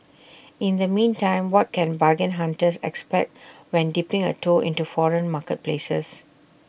in the meantime what can bargain hunters expect when dipping A toe into foreign marketplaces